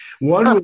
One